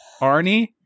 Arnie